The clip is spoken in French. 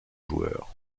joueur